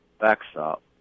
backstop